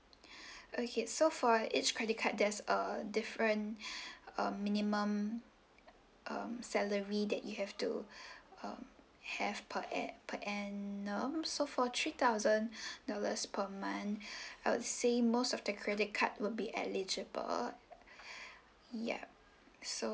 okay so for each credit card there's a different um minimum um salary that you have to um have per an~ per annum so for three thousand dollars per month I would say most of the credit card will be eligible yup so